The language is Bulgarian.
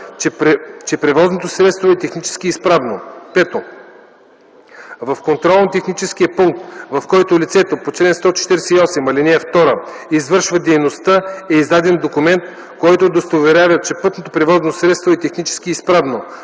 че превозното средство е технически изправно; 5. в контролно-техническия пункт, в който лицето по чл. 148, ал. 2 извършва дейността, е издаден документ, който удостоверява, че пътното превозно средство е технически изправно,